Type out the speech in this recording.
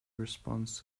response